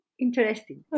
interesting